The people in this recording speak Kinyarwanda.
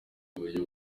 buryo